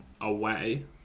away